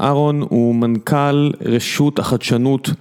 אהרון הוא מנכ״ל רשות החדשנות